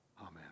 Amen